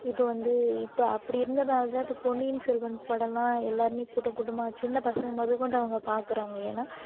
இப்போ வந்து இப்போ அப்படி இருந்ததால்தான் இப்போ பொன்னியின் செல்வன் படமெலாம் எல்லாேருமே கூட்டம் கூட்டமாக சின்ன பசங்கள் மொதல் கொண்டு அவங்க பார்க்குறாங்க ஏன்னால்